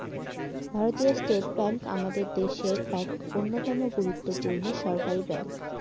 ভারতীয় State Bank আমাদের দেশের এক অন্যতম গুরুত্বপূর্ণ সরকারি ব্যাঙ্ক